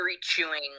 chewing